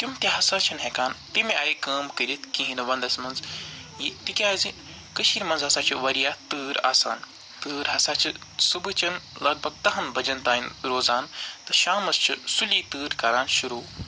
تِم تہِ ہَسا چھِنہٕ ہٮ۪کان تَمہِ آیہِ کٲم کٔرِتھ کِہیٖنۍ نہٕ ونٛدس منٛز تِکیٛازِ کٔشیٖرِ منٛز ہَسا چھِ وارِیاہ تۭر آسان تۭر ہَسا چھِ صُبہٕچن لگ بگ دَہن بجن تام روزان تہٕ شامس چھِ سُلی تۭر کَران شروع